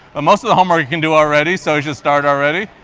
ah most of the homework you can do already, so just start already.